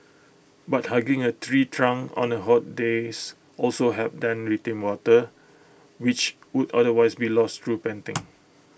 but hugging A tree trunk on the hot days also helps then retain water which would otherwise be lost through panting